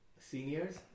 seniors